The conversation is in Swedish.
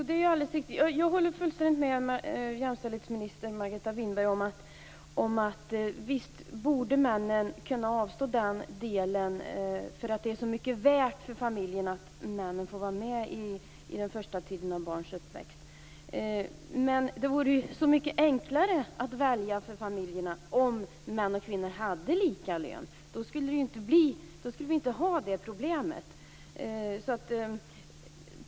Fru talman! Jag håller fullständigt med jämställdhetsminister Margareta Winberg om att männen borde kunna avstå den delen av inkomsten eftersom det är så mycket värt för familjen att männen får vara med under den första tiden av barns uppväxt. Men det vore så mycket enklare att välja för familjerna om män och kvinnor hade lika lön. Då skulle vi inte ha det problemet.